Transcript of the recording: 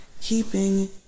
keeping